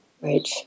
Right